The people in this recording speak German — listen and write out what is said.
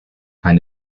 ein